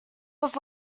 was